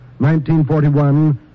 1941